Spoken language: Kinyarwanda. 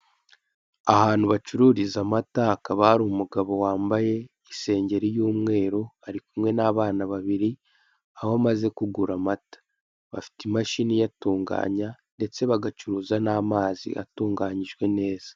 Ahantu bacururiza amata hakaba hari umugabo wambaye isengeri y'umweru ari kumwe n'abana babiri aho amaze kugura amata, bafite imashini iyatunganya ndetse bagacuruza n'amazi atunganyijwe neza.